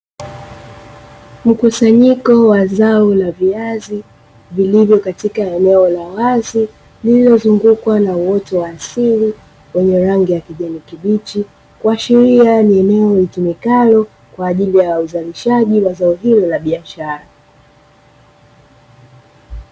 Mkusanyiko wa zao la viazi vilivyo katika eneo la wazi lililozungukwa na uoto wa asili wenye rangi ya kijani kibichi, kuashiria ni eneo litumikalo kwa ajili ya uzalishaji wa zao hilo la biashara.